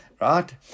right